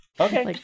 Okay